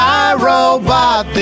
iRobot